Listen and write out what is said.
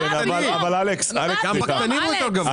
גם בקטנים הוא יותר גבוה.